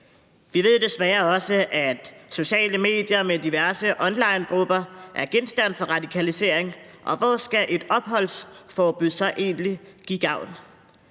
Vi ved desværre også, at sociale medier med diverse onlinegrupper er genstand for radikalisering, og hvor skal et opholdsforbud så egentlig give gavn?